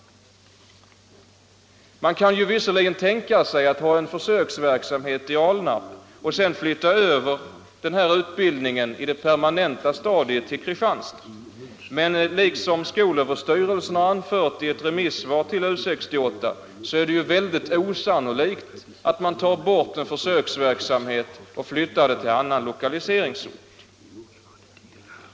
Man kan visserligen tänka sig att ha en försöksverksamhet i Alnarp och sedan flytta över utbildningen i det permanenta stadiet till Kristianstad. Men liksom skolöverstyrelsen har anfört i ett remissvar till U 68 är det väldigt osannolikt att man tar bort en försöksverksamhet och flyttar den till annan lokaliseringsort.